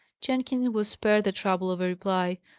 jenkins was spared the trouble of a reply.